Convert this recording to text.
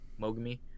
Mogami